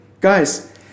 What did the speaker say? guys